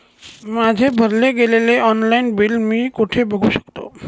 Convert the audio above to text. माझे भरले गेलेले ऑनलाईन बिल मी कुठे बघू शकतो?